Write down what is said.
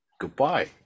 goodbye